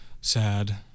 sad